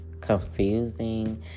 confusing